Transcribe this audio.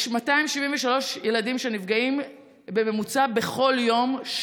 יש 273 ילדים שנפגעים בממוצע בכל יום,